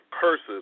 curses